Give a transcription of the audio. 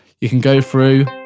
you can go through